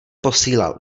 posílal